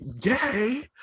gay